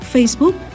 Facebook